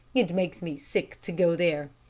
it makes me sick to go there.